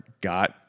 got